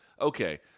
Okay